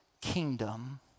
kingdom